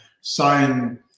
sign